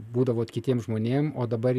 būdavoe kitiem žmonėm o dabar